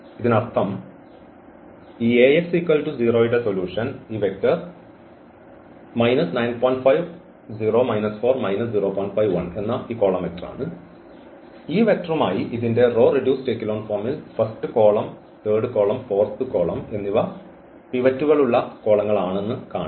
ഇതിനർത്ഥം ഈ Ax 0 യുടെ സൊലൂഷൻ ഈ വെക്റ്റർ ആണ് ഈ വെക്ടർമായി ഇതിൻറെ റോ റെഡ്യൂസ്ഡ് എക്കെലോൺ ഫോമിൽ first column third column fourth column എന്നിവ പിവറ്റുകളുള്ള കോളങ്ങൾ ആണെന്നു കാണാം